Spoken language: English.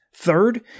Third